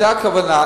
זו הכוונה.